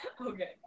Okay